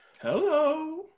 Hello